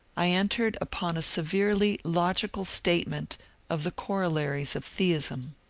i entered upon a severely logical statement of the co rollaries of theism.